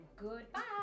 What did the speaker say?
goodbye